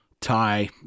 Thai